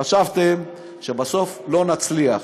חשבתם שבסוף לא נצליח.